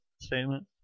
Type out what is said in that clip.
statement